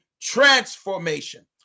transformation